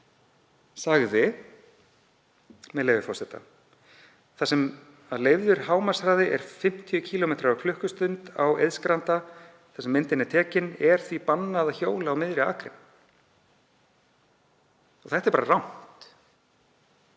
sagði, með leyfi forseta: „Þar sem að leyfður hámarkshraði er 50 km á klst. á Eiðsgranda þar sem myndin er tekin er því bannað að hjóla á miðri akrein.“ Þetta er bara rangt.